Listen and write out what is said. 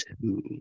two